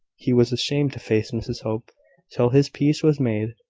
he was ashamed to face mrs hope till his peace was made.